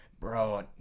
bro